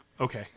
okay